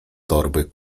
torby